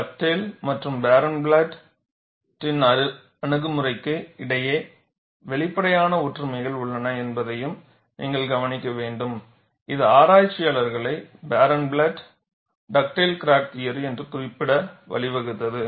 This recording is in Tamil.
டக்டேல் மற்றும் பாரன்ப்ளாட் டின் அணுகுமுறைக்கு இடையே வெளிப்படையான ஒற்றுமைகள் உள்ளன என்பதையும் நீங்கள் கவனிக்க வேண்டும் இது ஆராய்ச்சியாளர்களை பாரன்ப்ளாட் டக்டேல் கிராக் தியரி என்று குறிப்பிட வழிவகுத்தது